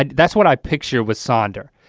and that's what i picture with sonder.